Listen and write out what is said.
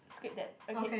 skip that okay